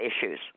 issues